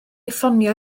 ffonio